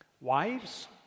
Wives